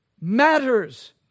matters